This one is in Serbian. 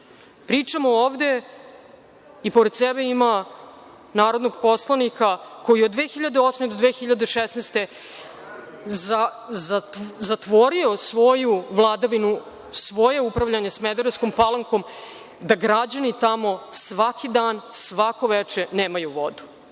pričamo ovde, i pored sebe ima narodnog poslanika koji je od 2008. do 2016. godine zatvorio svoju vladavinu, svoje upravljanje Smederevskom Palankom, a da građani tamo svaki dan, svako veče nemaju vodu.